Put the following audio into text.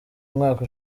umwaka